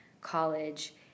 college